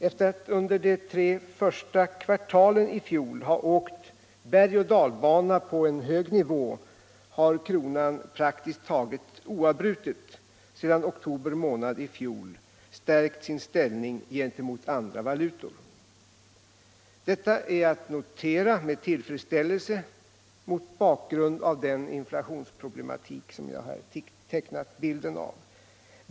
Efter att under de första tre kvartalen i fjol ha åkt berg och dalbana på en hög nivå har kronan praktiskt taget oavbrutet sedan oktober månad i fjol stärkt sin ställning gentemot andra valutor. Detta är att notera med tillfredsställelse mot bakgrund av den inflationsproblematik som jag här tecknat bilden av.